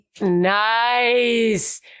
Nice